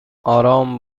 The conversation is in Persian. آرام